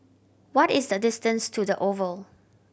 what is the distance to The Oval